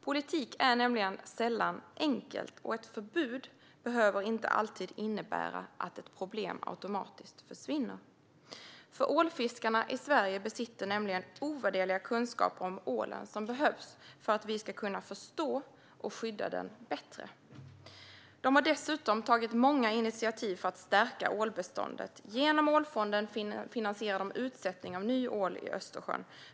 Politik är nämligen sällan enkelt, och ett förbud behöver inte alltid innebära att ett problem försvinner automatiskt. Ålfiskarna i Sverige besitter ovärderliga kunskaper om ålen som behövs för att vi ska kunna förstå och skydda den bättre. De har dessutom tagit många initiativ för att stärka ålbeståndet. Genom Ålfonden finansierar de utsättning av ny ål i Östersjön.